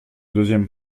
deuxième